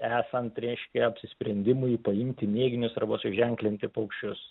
esant reiškia apsisprendimui paimti mėginius arba suženklinti paukščius